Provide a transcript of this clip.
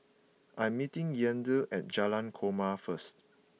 I'm meeting Yandel at Jalan Korma first